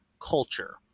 culture